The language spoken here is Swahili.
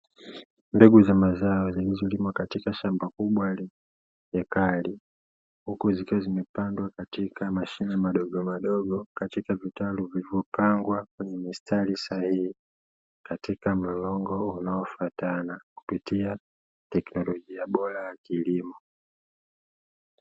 Mbegu za mazao zikiwa zimelimwa katika shamba kubwa, huku zikiwa zimepandwa katika vitalu vilipandwa katika mlolongo unaofutana kupitia teknolojia bora ya kilimo.